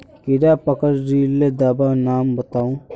कीड़ा पकरिले दाबा नाम बाताउ?